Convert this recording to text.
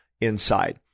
inside